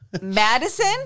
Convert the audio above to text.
Madison